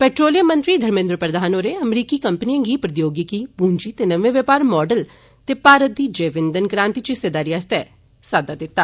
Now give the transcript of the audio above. petroleum मंत्री धर्मेंद्र प्रधान होरें अमरीकी कंपनियों गी प्रौदयोगिकी पूंजी ते नमें व्यापार मॉडल ते भारत दी जैव ईंधन क्रांति च हिस्सेदारी आस्तै साद्दा दिता